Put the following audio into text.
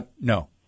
no